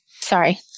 Sorry